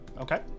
Okay